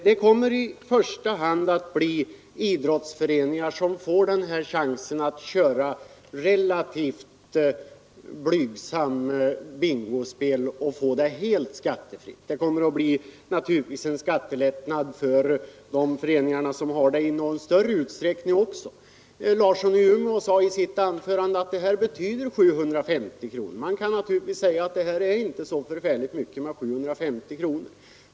Det kommer i första hand att bli idrottsföreningar som får chansen att köra relativt blygsamt bingospel helt skattefritt, och det blir naturligtvis en skattelättnad även för föreningar som bedriver bingospel i något större utsträckning. Herr Larsson i Umeå sade i sitt anförande att det här betyder 750 kronor. Man kan naturligtvis säga att det är inte så mycket.